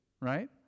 right